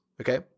okay